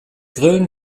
grillen